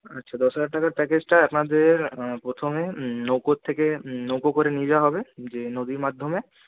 আচ্ছা দশ হাজার টাকার প্যাকেজটা আপনাদের প্রথমে নৌকো থেকে নৌকো করে নিয়ে যাওয়া হবে যে নদীর মাধ্যমে